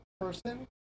person